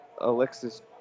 Alexis